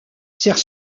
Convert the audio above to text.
sert